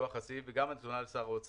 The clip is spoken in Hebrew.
מכוח הסעיף, וגם לשר האוצר.